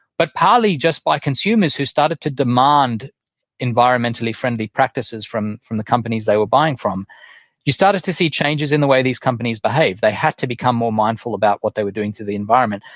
but partly just by consumers who started to demand environmentally friendly practices from from the companies they were buying from you started to see changes in the way these companies behave. they had to become more mindful about what they were doing to the environment.